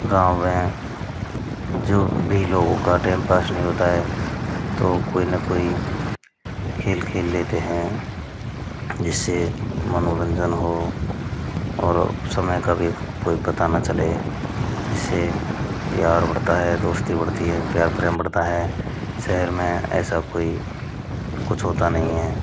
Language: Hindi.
गाँव में जो भी लोगों का टाइम पास नहीं होता है तो कोई ना कोई खेल खेल लेते हैं जिससे मनोरंजन हो और समय का भी कोई पता ना चले जिससे प्यार बढ़ता है दोस्ती बढ़ती है प्यार प्रेम बढ़ता है शहर में ऐसा कोई कुछ होता नहीं है